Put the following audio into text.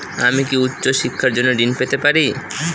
আমি কি উচ্চ শিক্ষার জন্য ঋণ পেতে পারি?